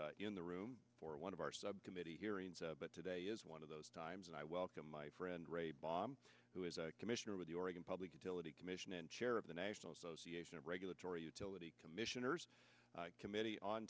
in the room for one of our subcommittee hearings day is one of those times and i welcome my friend ray bob who is a commissioner with the oregon public utility commission and chair of the national association of regulatory utility commissioners committee on